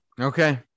okay